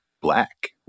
black